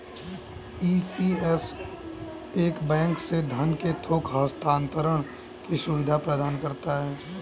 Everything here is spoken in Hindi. ई.सी.एस एक बैंक से धन के थोक हस्तांतरण की सुविधा प्रदान करता है